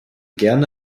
gerne